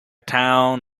town